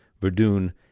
Verdun